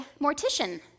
mortician